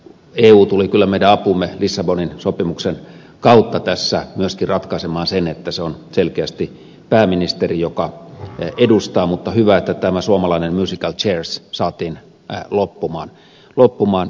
eu tuli kyllä meidän apuumme lissabonin sopimuksen kautta tässä myöskin ratkaisemaan sen että se on selkeästi pääministeri joka edustaa mutta hyvä että tämä suomalainen musical chairs saatiin loppumaan